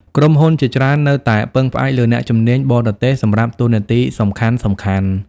ក្រុមហ៊ុនជាច្រើននៅតែពឹងផ្អែកលើអ្នកជំនាញបរទេសសម្រាប់តួនាទីសំខាន់ៗ។